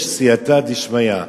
יש סייעתא דשמיא.